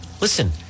Listen